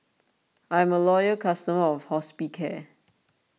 I'm a loyal customer of Hospicare